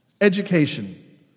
education